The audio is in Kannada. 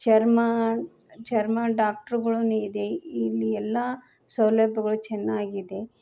ಚರ್ಮ ಚರ್ಮ ಡಾಕ್ಟ್ರ್ಗಳೂನು ಇದೆ ಇಲ್ಲಿ ಎಲ್ಲ ಸೌಲಭ್ಯಗಳು ಚೆನ್ನಾಗಿದೆ